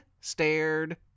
stared